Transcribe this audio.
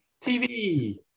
tv